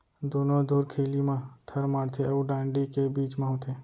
दुनो धुरखिली म थर माड़थे अउ डांड़ी के बीच म होथे